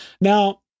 Now